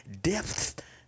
depth